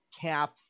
Cap